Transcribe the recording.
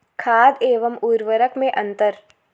खाद एवं उर्वरक में अंतर?